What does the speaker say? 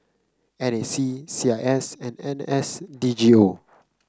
N A C C I S and N S DGO